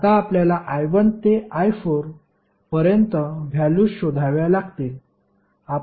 आता आपल्याला i1 ते i4 पर्यंत व्हॅल्युस शोधाव्या लागतील